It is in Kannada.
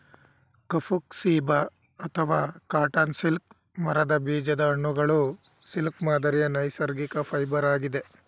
ಕಫುಕ್ ಸೀಬಾ ಅಥವಾ ಕಾಟನ್ ಸಿಲ್ಕ್ ಮರದ ಬೀಜದ ಹಣ್ಣುಗಳು ಸಿಲ್ಕ್ ಮಾದರಿಯ ನೈಸರ್ಗಿಕ ಫೈಬರ್ ಆಗಿದೆ